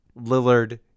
Lillard